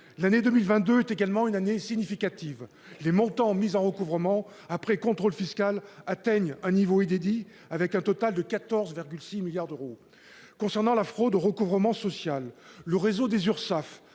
L'année 2022 est également une année significative. Les montants mis en recouvrement après contrôle fiscal ont atteint le niveau inédit de 14,6 milliards d'euros au total. Concernant la fraude au recouvrement social, le réseau des Urssaf